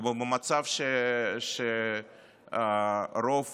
ולמצב שבו רוב